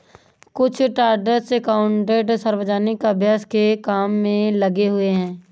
कुछ chartered accountant सार्वजनिक अभ्यास के काम में लगे हुए हैं